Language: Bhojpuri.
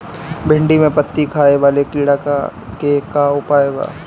भिन्डी में पत्ति खाये वाले किड़ा के का उपाय बा?